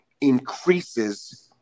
increases